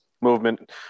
movement